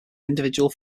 individual